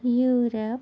Europe